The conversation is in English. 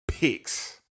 picks